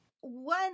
one